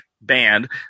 band